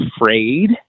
afraid